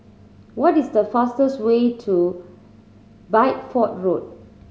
what is the fastest way to Bideford Road